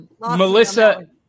Melissa